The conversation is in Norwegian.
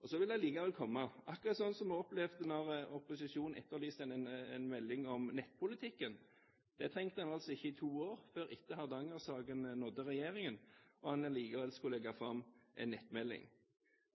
Og så vil det allikevel komme – akkurat som vi opplevde da opposisjonen etterlyste en melding om nettpolitikken. Da trengte man ikke to år før Hardanger-saken nådde regjeringen, og en allikevel skulle legge fram en nettmelding.